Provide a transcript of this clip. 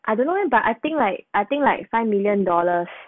I don't know leh but I think like I think like five million dollars